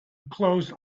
closed